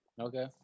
Okay